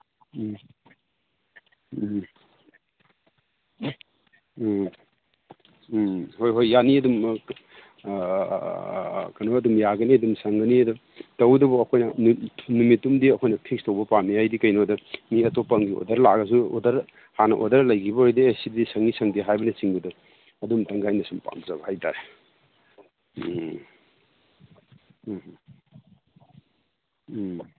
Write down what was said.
ꯎꯝ ꯎꯝ ꯎꯝ ꯎꯝ ꯍꯣꯏ ꯍꯣꯏ ꯌꯥꯅꯤ ꯑꯗꯨꯝ ꯀꯩꯅꯣ ꯑꯗꯨꯝ ꯌꯥꯒꯅꯤ ꯑꯗꯨꯝ ꯁꯪꯒꯅꯤ ꯑꯗꯨ ꯇꯧꯕꯗꯕꯨ ꯑꯩꯈꯣꯏꯅ ꯅꯨꯃꯤꯠꯇꯨꯝꯗꯤ ꯑꯩꯈꯣꯏꯅ ꯐꯤꯛꯁ ꯇꯧꯕ ꯄꯥꯝꯃꯤ ꯍꯥꯏꯗꯤ ꯀꯩꯅꯣꯗ ꯃꯤ ꯑꯇꯣꯞꯄ ꯑꯃꯒꯤ ꯑꯣꯔꯗꯔ ꯂꯥꯛꯑꯒꯁꯨ ꯑꯣꯔꯗꯔ ꯍꯥꯟꯅ ꯑꯣꯔꯗꯔ ꯂꯩꯈꯤꯕ ꯑꯣꯏꯗꯤ ꯑꯦ ꯁꯤꯗꯤ ꯁꯪꯉꯤ ꯁꯪꯗꯦ ꯍꯥꯏꯕꯅꯆꯤꯡꯕꯗꯣ ꯑꯗꯨꯝꯇꯪꯒ ꯑꯩꯅ ꯁꯨꯝ ꯄꯥꯝꯖꯕ ꯍꯥꯏ ꯇꯥꯔꯦ ꯎꯝ ꯎꯝ ꯎꯝ